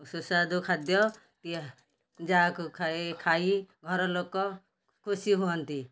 ସୁସ୍ୱାଦୁ ଖାଦ୍ୟ ଯାହାକୁ ଖାଇ ଖାଇ ଘର ଲୋକ ଖୁସି ହୁଅନ୍ତି